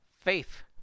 Faith